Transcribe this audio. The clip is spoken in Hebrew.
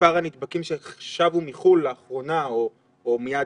מספר הנדבקים ששבו מחו"ל לאחרונה או לפני